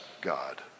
God